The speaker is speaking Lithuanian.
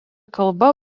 kalba